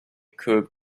could